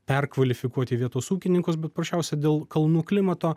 perkvalifikuoti vietos ūkininkus paprasčiausiai dėl kalnų klimato